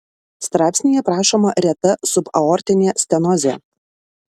straipsnyje aprašoma reta subaortinė stenozė